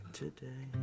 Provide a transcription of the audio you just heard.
today